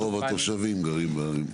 רוב התושבים גרים בערים.